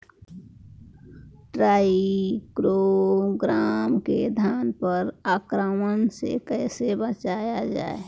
टाइक्रोग्रामा के धान पर आक्रमण से कैसे बचाया जाए?